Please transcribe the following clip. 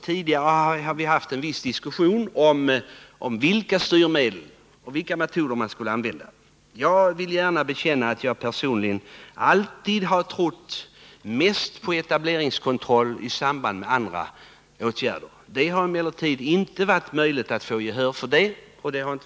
Tidigare har vi haft en viss diskussion om vilka styrmedel och metoder man skulle använda. Jag vill gärna bekänna att jag personligen alltid har trott mest på etableringskontroll i samband med andra åtgärder. Det har emellertid inte varit möjligt att få gehör för det.